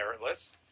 meritless